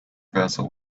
vessel